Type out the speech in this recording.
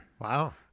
Wow